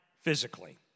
physically